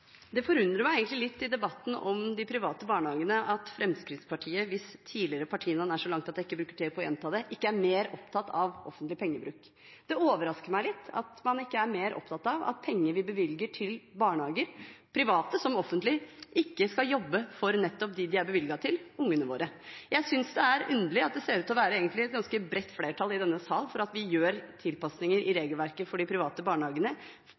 Det forundrer meg egentlig litt i debatten om de private barnehagene at Fremskrittspartiet, hvis tidligere partinavn er så langt at jeg ikke bruker tid på å gjenta det, ikke er mer opptatt av offentlig pengebruk. Det overrasker meg litt at man ikke er mer opptatt av at penger vi bevilger til barnehager – private som offentlige – ikke jobber for nettopp dem de er bevilget til: ungene våre. Jeg synes det er underlig at mens det ser ut til å være et ganske bredt flertall i denne sal for at vi gjør tilpasninger i regelverket for de private barnehagene,